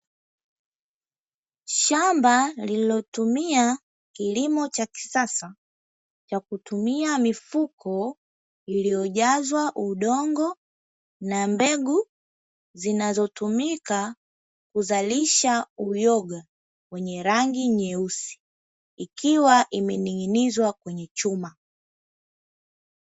Shamba lililotumia kilimo cha kisasa, kwa kutumia mifuko iliyojazwa udongo na mbegu zinazotumika kuzalisha uyoga wenye rangi nyeusi, ikiwa imening'inizwa kwenye chuma.